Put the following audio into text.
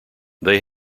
they